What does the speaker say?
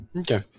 Okay